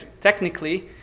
technically